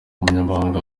umunyamabanga